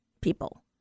people